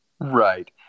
Right